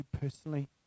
personally